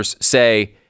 say